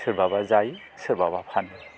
सोरबाबा जायो सोरबाबा फानो